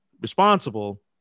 responsible